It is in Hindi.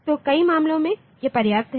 तो कई मामलों में यह पर्याप्त है